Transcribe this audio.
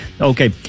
Okay